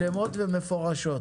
שלמות ומפורשות.